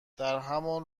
درهمان